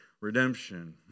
redemption